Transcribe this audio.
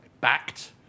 backed